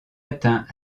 atteint